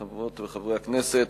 חברות וחברי הכנסת,